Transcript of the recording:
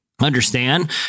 understand